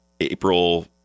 April